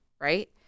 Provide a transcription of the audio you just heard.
right